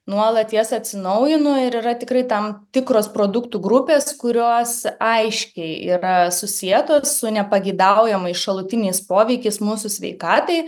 nuolat jas atsinaujinu ir yra tikrai tam tikros produktų grupės kurios aiškiai yra susietos su nepageidaujamais šalutiniais poveikiais mūsų sveikatai